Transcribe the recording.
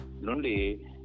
Nundi